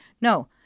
no